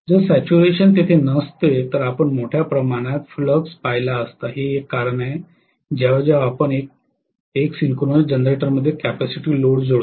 जर सॅच्युरेशन तेथे नसते तर आपण मोठ्या प्रमाणात फ्लक्स पाहिला असता हे एक कारण आहे जेव्हा जेव्हा आपण एक सिंक्रोनस जनरेटरमध्ये कॅपेसिटिव लोड जोडता